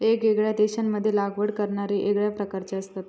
येगयेगळ्या देशांमध्ये लागवड करणारे येगळ्या प्रकारचे असतत